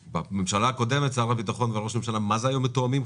בממשלה הקודמת שר הביטחון וראש הממשלה היו מה זה מתואמים,